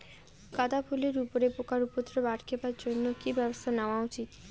গাঁদা ফুলের উপরে পোকার উপদ্রব আটকেবার জইন্যে কি ব্যবস্থা নেওয়া উচিৎ?